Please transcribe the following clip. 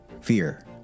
fear